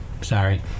Sorry